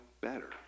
better